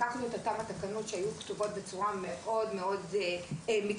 לקחנו את אותן תקנות שהיו כתובות בצורה מאוד-מאוד מקצועית.